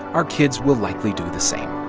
our kids will likely do the same